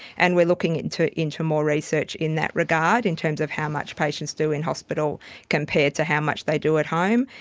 and we are looking into into more research in that regard in terms of how much patients do in hospital compared to how much they do at home.